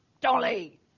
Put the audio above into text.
dolly